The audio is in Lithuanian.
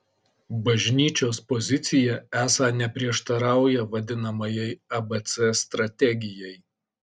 bažnyčios pozicija esą neprieštarauja vadinamajai abc strategijai